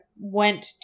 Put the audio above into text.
went